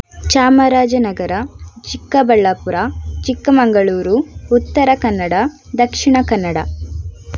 Chamarajanagar Chikkaballapur Chikkamagaluru Uttara Kannada Dakshina Kannada